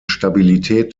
stabilität